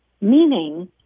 Meaning